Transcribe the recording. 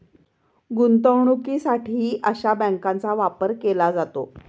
गुंतवणुकीसाठीही अशा बँकांचा वापर केला जातो